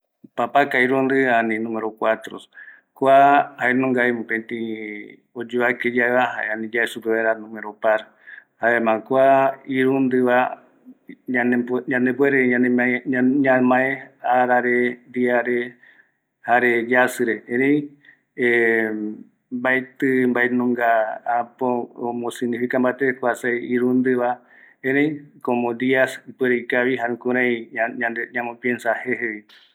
Papaka irundi ani nuemero cuatro, kua jaevi oyovake yaeva, ani yae supevaera jae numero par, jaema kua irundiva, yande puerevi ñamae arare, diare, yasïre, erei mbaeti mbaenunga äpö omo significa mbate kua seve irundiva, erei como dias ipuere ikavi, jare jukurai yanbo piensa jejevi.